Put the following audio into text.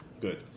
Good